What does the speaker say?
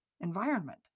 environment